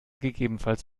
gegebenenfalls